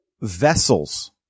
vessels